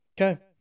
Okay